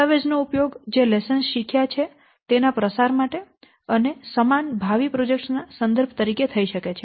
દસ્તાવેજ નો ઉપયોગ જે લેસન્સ શીખ્યા છે તેના પ્રસાર માટે અને સમાન ભાવિ પ્રોજેક્ટ્સ ના સંદર્ભ તરીકે થઈ શકે છે